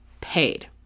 paid